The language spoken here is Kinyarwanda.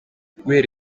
guhera